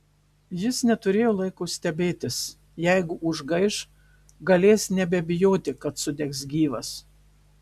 jis neturėjo laiko stebėtis jeigu užgaiš galės nebebijoti kad sudegs gyvas